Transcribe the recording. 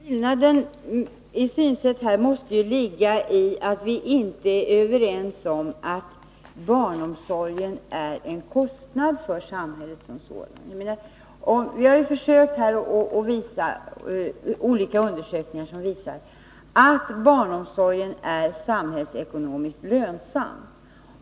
Herr talman! Skillnaden i synsätt måste ligga i att vi inte är överens om att barnomsorgen är en kostnad för samhället. Vi har olika undersökningar som visar att barnomsorgen är samhällsekonomiskt lönsam.